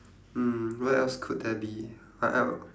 mm what else could there be what el~